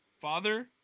Father